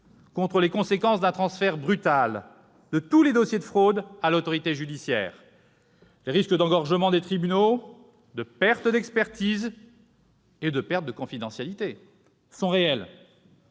contre les conséquences d'un transfert brutal de tous les dossiers de fraude fiscale à l'autorité judiciaire. Les risques d'engorgement des tribunaux, de perte d'expertise et de perte de confidentialité sont réels.